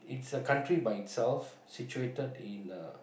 it's a country by itself situated in uh